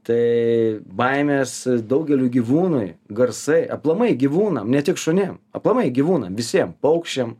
tai baimės daugeliui gyvūnui garsai aplamai gyvūnam ne tik šunim aplamai gyvūnam visiem paukščiam